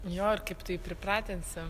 jo ir kaip tu jį pripratinsi